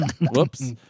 Whoops